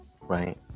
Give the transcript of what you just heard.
Right